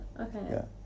okay